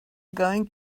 going